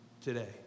today